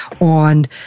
on